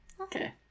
Okay